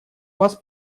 вас